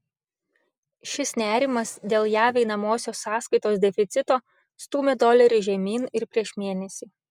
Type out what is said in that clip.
šis nerimas dėl jav einamosios sąskaitos deficito stūmė dolerį žemyn ir prieš mėnesį